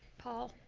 paul.